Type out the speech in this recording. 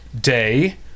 day